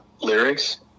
lyrics